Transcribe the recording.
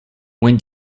when